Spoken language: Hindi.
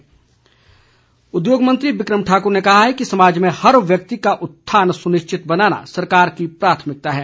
बिक्रम ठाकुर उद्योग मंत्री बिक्रम ठाकुर ने कहा है कि समाज में हर व्यक्ति का उत्थान सुनिश्चित बनाना सरकार की प्राथमिकता है